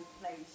place